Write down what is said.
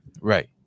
Right